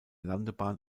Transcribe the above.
landebahn